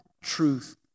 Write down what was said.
truth